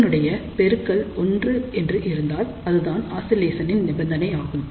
இதனுடைய பெருக்கல் ஒன்று என்று இருந்தால் அதுதான் ஆசிலேசனின் நிபந்தனையாகும்